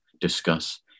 discuss